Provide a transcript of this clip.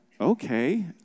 okay